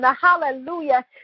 hallelujah